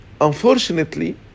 Unfortunately